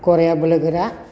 गराइआ बोलोगोरा